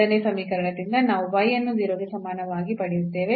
ಎರಡನೇ ಸಮೀಕರಣದಿಂದ ನಾವು y ಅನ್ನು 0 ಗೆ ಸಮಾನವಾಗಿ ಪಡೆಯುತ್ತೇವೆ